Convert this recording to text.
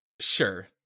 sure